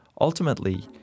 Ultimately